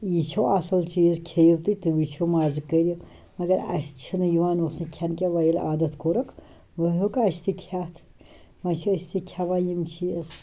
یہِ چھُو اَصٕل چیٖز کھیٚیُو تُہۍ تُہۍ وُچھُو مَزٕ کٔریُو مگر اَسہِ چھِنہٕ یِوان اوس نہٕ کھیٚنہٕ کیٚنہہ وٕ ییٚلہِ عادَت کوٚرُکھ وٕ ہیٚوکھ اَسہِ تہِ کھیٚتھ وٕ چھِ أسۍ یہِ کھیٚوان یِم چیٖز